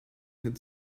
had